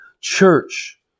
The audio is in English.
Church